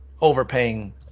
overpaying